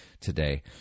today